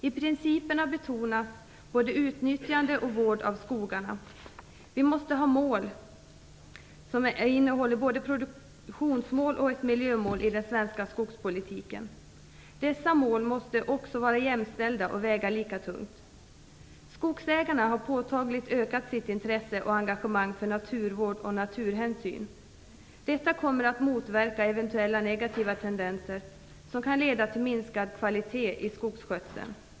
I principerna betonas både utnyttjande och vård av skogarna. Vi måste ha både produktionsmål och miljömål i den svenska skogspolitiken. Dessa mål måste vara jämställda och väga lika tungt. Skogsägarna har påtagligt ökat sitt intresse och engagemang för naturvård och naturhänsyn. Detta kommer att motverka eventuella negativa tendenser som kan leda till minskad kvalitet i skogsskötseln.